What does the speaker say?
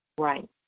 Right